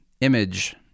image